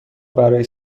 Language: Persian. برای